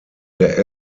der